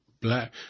black